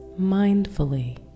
mindfully